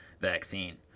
vaccine